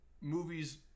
movies